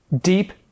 deep